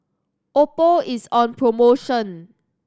oppo is on promotion